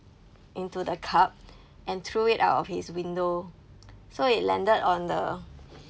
into the cup and threw it out of his window so it landed on the